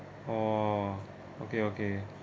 oh okay okay